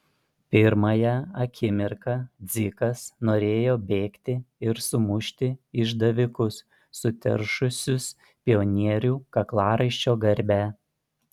pirmąją akimirką dzikas norėjo bėgti ir sumušti išdavikus suteršusius pionierių kaklaraiščio garbę